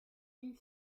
ille